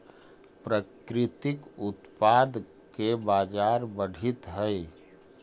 प्राकृतिक उत्पाद के बाजार बढ़ित हइ